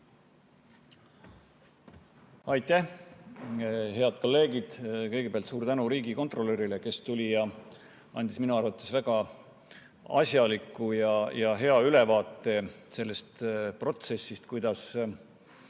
Aitäh! Head kolleegid! Kõigepealt suur tänu riigikontrolörile, kes tuli ja andis minu arvates väga asjaliku ja hea ülevaate sellest protsessist, kuidas